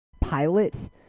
pilot